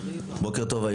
בוקר טוב,